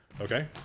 Okay